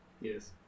Yes